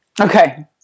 Okay